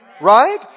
right